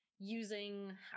using